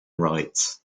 rights